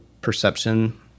perception